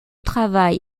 travail